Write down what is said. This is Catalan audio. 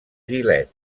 gilet